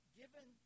given